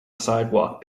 sidewalk